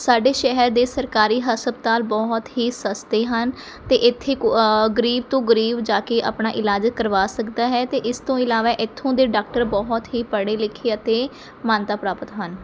ਸਾਡੇ ਸ਼ਹਿਰ ਦੇ ਸਰਕਾਰੀ ਹਸਪਤਾਲ ਬਹੁਤ ਹੀ ਸਸਤੇ ਹਨ ਅਤੇ ਇੱਥੇ ਗਰੀਬ ਤੋਂ ਗਰੀਬ ਜਾ ਕੇ ਆਪਣਾ ਇਲਾਜ ਕਰਵਾ ਸਕਦਾ ਹੈ ਅਤੇ ਇਸ ਤੋਂ ਇਲਾਵਾ ਇੱਥੋਂ ਦੇ ਡਾਕਟਰ ਬਹੁਤ ਹੀ ਪੜ੍ਹੇ ਲਿਖੇ ਅਤੇ ਮਾਨਤਾ ਪ੍ਰਾਪਤ ਹਨ